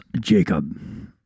Jacob